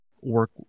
work